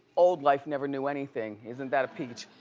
old life never knew anything. isn't that a peach?